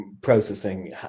Processing